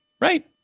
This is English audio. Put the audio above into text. Right